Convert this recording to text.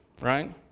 right